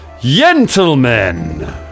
Gentlemen